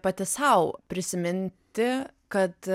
pati sau prisiminti kad